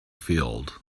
field